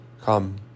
Come